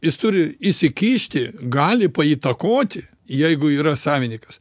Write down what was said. jis turi įsikišti gali paįtakoti jeigu yra savininkas